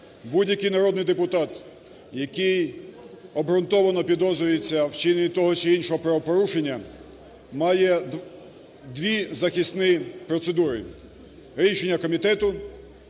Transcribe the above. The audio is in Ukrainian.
будь-який народний депутат, який обґрунтовано підозрюється у вчиненні того чи іншого правопорушення, має дві захисні процедури: рішення комітету,